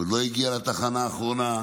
הוא עוד לא הגיע לתחנה האחרונה,